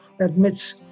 admits